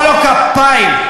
היית צריך למחוא לו כפיים.